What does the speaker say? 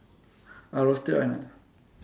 ah roasted one ah